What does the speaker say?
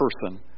person